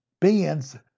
beings